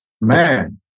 man